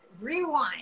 rewind